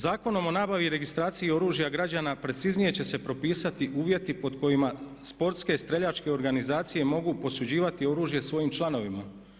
Zakonom o nabavi i registraciji oružja građana preciznije će se propisati uvjeti pod kojima sportske, streljačke organizacije mogu posuđivati oružje svojim članovima.